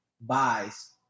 buys